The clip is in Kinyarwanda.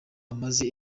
amaze